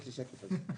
יש לנו שקף על זה.